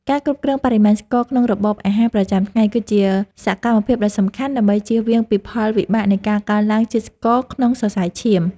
ការគ្រប់គ្រងបរិមាណស្ករក្នុងរបបអាហារប្រចាំថ្ងៃ គឺជាសកម្មភាពដ៏សំខាន់ ដើម្បីជៀសវាងពីផលវិបាកនៃការកើនឡើងជាតិស្ករក្នុងសរសៃឈាម។